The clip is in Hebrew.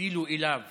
ציטוט של מישהו